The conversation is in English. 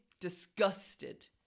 disgusted